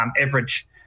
average